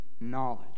knowledge